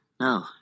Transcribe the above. No